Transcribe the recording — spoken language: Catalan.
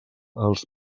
els